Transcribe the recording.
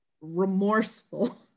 remorseful